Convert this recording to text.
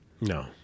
No